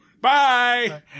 Bye